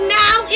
now